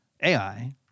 AI